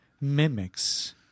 mimics